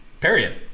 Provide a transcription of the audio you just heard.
period